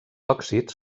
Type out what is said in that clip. òxids